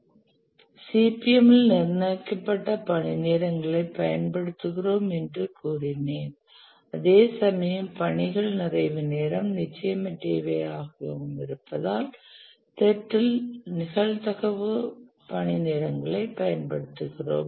CPM ல் நிர்ணயிக்கபட்ட பணி நேரங்களைப் பயன்படுத்துகிறோம் என்று கூறினேன் அதேசமயம் பணிகள் நிறைவு நேரம் நிச்சயமற்றவையாகவும் இருப்பதால் PERT இல் நிகழ்தகவு பணி நேரங்களைப் பயன்படுத்துகிறோம்